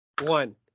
one